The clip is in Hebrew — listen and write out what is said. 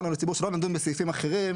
אמרנו לציבור שלא נדון בסעיפים אחרים,